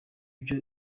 byo